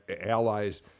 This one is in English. allies